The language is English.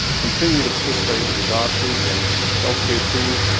continue to participate with your doctors and healthcare team